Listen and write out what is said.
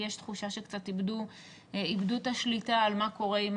יש תחושה שקצת איבדו את השליטה על מה קורה עם